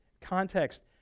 Context